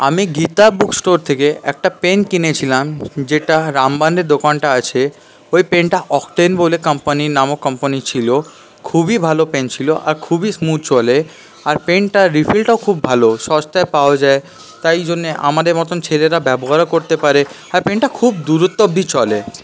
আমি Gita book store থেকে একটা পেন কিনেছিলাম যেটা রাম দোকানটা আছে ওই পেনটা অক্টেন বলে কম্পানির নামক কম্পানি ছিল খুবই ভালো পেন ছিল আর খুবই স্মুথ চলে আর পেনটার রিফিলটাও খুব ভালো সস্তায় পাওয়া যায় তাই জন্য আমাদের মতো ছেলেরা ব্যবহারও করতে পারে আর পেনটা খুব দূরত্ব অবধি চলে